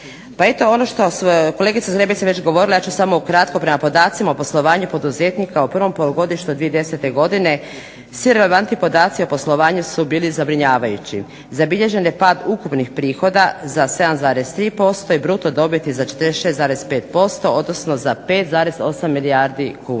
Pa eto ono što, kolegica Zgrebec je već govorila, ja ću samo ukratko prema podacima o poslovanju poduzetnika u prvom polugodištu 2010. godine svi relevantni podaci o poslovanju su bili zabrinjavajući. Zabilježen je pad ukupnih prihoda za 7,3% i bruto dobiti za 46,5%, odnosno za 5,8 milijardi kuna.